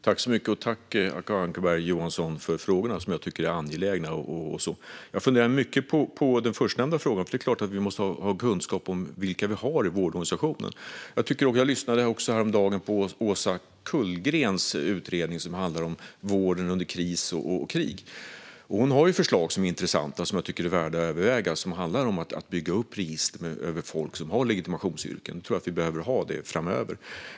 Fru talman! Tack, Acko Ankarberg Johansson, för frågorna, som jag tycker är angelägna! Jag har funderat mycket på den förstnämnda frågan, för det är klart att vi måste ha kunskap om vilka vi har i vårdorganisationen. Jag lyssnade häromdagen på Åsa Kullgren när hon talade om sin utredning som handlar om vården under kris och krig. Hon har förslag som är intressanta och som jag tycker är värda att överväga. Ett handlar om att bygga upp register över folk som har legitimationsyrken. Jag tror att vi behöver ha det framöver.